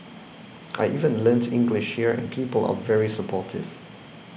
I even learnt English here and people are very supportive